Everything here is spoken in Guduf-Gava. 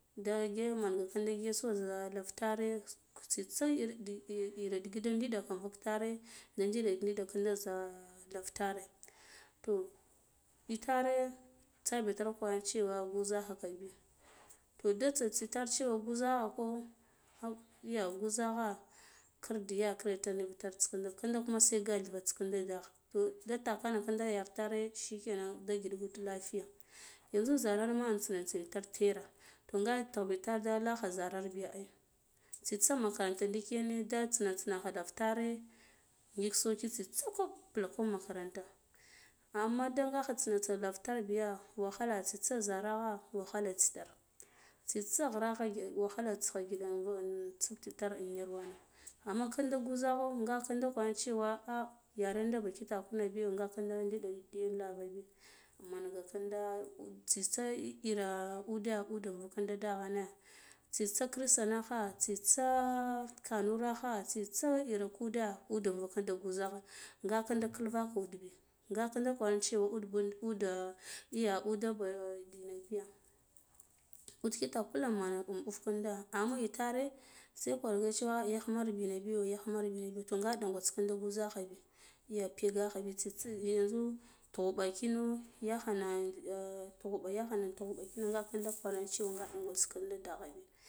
Nde ge mangaka gesuwa za lavtare tsitsa iri digite ndigaka invuk tare da nɗida nɗida kindi za lavtare toh itire tsa ba ta koyen cewa gwoze ha bi toh ada tsa tsina tar cewa gwuza hako bak yagha gwuza gha kirdiya kindi nub tar kinda kada kuma se galvata kinda daghen toh ka takani kinda yarda tar shikena da ngiɗa rud lafiya yanzu zirarm. a latsina tar jera toh nga tughba ifar lagha ziura biya ai tsatsa makaranta medicine da tsitsa lava tare ngik soki tsitsa kwoɓ bu bule makaranta amma ndaga kha intsine tsine laratu biya wakhala tatsa ye zarakha wahila wuti tar tasa ghiregha unbelita ka ngiɗe invuk tsibtsi tar in yarwa amma kinda gwuzakho nga kinda kwar cewa ah yarenda ba kitakho na biyo ga kinda diɗa da kvana biyo manga ka kinda tsitsa inya udeh ude man kinda dagheme tsitsa christana kha tsitsa kanurakha tsitsa irik ude ude vuk kinda gwuzaha nga kisa kilvako bi nga kinda kwar cewa ud bo udu iya ude dinga biga ud kita kula man un buf kinda anna itare se kwarga cewa yaghiner, biyo ho gaghmere bi to nga ɗagwanta kinda gwozakha bi ya pegakha bi tsitsa yanzu tughu, kino, yaghna ntu ghuɓa tana nga karecewa nga ɗangwants kinde dagin bi.